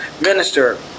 minister